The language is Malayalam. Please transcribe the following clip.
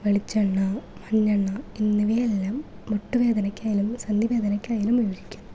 വെളിച്ചെണ്ണ മഞ്ഞെണ്ണ എന്നിവയെല്ലാം മുട്ട് വേദനക്കായാലും സന്ധി വേദനക്കായാലും ഒഴിക്കും